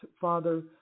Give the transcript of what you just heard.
Father